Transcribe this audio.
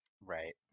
Right